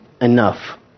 Enough